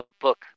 book